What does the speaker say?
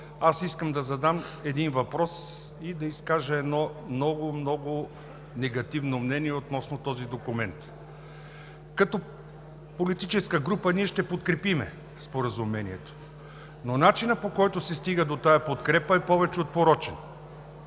аз искам да задам един въпрос и да изкажа едно много, много негативно мнение относно този документ. Като политическа група ние ще подкрепим Споразумението, но начинът, по който се стига до тази подкрепа, е повече от порочен.